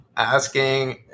Asking